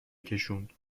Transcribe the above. کشوند